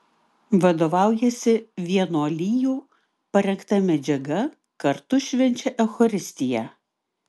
vadovaujasi vienuolijų parengta medžiaga kartu švenčia eucharistiją